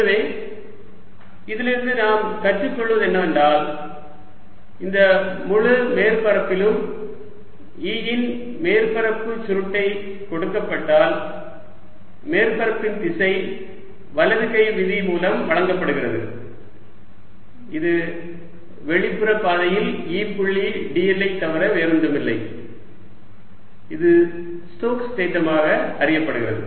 எனவே இதிலிருந்து நாம் கற்றுக்கொள்வது என்னவென்றால் இந்த முழு மேற்பரப்பிலும் E இன் மேற்பரப்பு சுருட்டை கொடுக்கப்பட்டால் மேற்பரப்பின் திசை வலது கை விதி மூலம் வழங்கப்படுகிறது இது வெளிப்புற பாதையில் E புள்ளி dl ஐத் தவிர வேறொன்றுமில்லை இது ஸ்டோக்ஸ் தேற்றமாக அறியப்படுகிறது